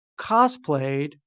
cosplayed